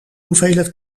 hoeveelheid